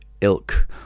ilk